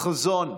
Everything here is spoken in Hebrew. חזון,